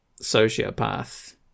sociopath